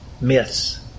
myths